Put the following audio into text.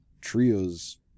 trios